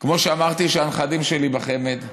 כמו שאמרתי, שהנכדים שלי בחמ"ד.